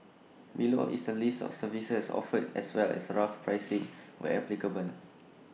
below is A list of services offered as well as rough pricing where applicable